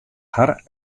har